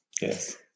Yes